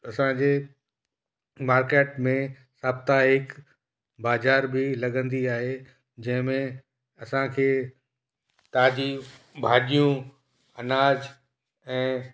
असांजे मार्किट में साप्ताहिक बाज़ारि बि लॻंदी आहे जंहिंमें असांखे ताज़ी भाॼियूं अनाज ऐं